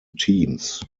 teams